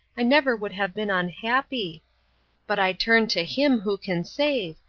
i never would have been unhappy but i turn to him who can save,